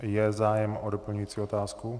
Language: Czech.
Je zájem o doplňující otázku?